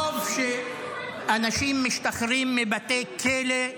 טוב שאנשים משתחררים מבתי כלא.